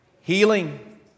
healing